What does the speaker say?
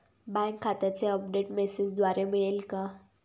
Bank खात्याचे update मेसेजद्वारे मिळेल का?